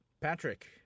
patrick